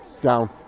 Down